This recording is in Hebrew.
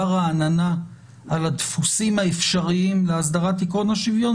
רעננה על הדפוסים האפשריים להסדרת עיקרון השוויון,